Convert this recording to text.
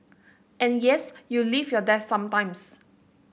and yes you leave your desk sometimes